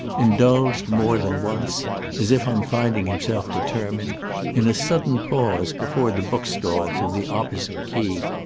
indulged more than once as if on finding himself determined in a sudden pause before the book-stalls of the opposite quay.